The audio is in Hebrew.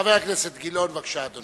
חבר הכנסת גילאון, בבקשה, אדוני.